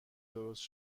درست